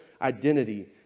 identity